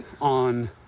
On